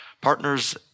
partners